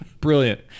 Brilliant